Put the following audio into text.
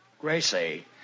Gracie